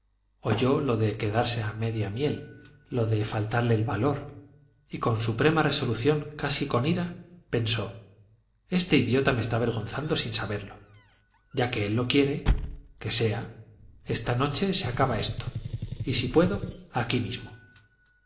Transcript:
atender oyó lo de quedarse a media miel lo de faltarle el valor y con suprema resolución casi con ira pensó este idiota me está avergonzando sin saberlo ya que él lo quiere que sea esta noche se acaba esto y si puedo aquí mismo